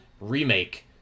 remake